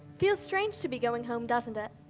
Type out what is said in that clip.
feels strange to be going home, doesn't it?